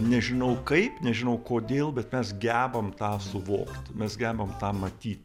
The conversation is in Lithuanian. nežinau kaip nežinau kodėl bet mes gebam tą suvokt mes gebam tą matyt